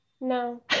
No